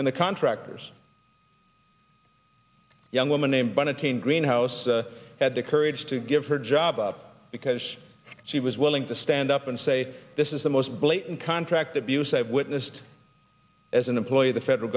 and the contractors young woman named by the team green house had the courage to give her a job because she was willing to stand up and say this is the most blatant contract abuse i've witnessed as an employee of the federal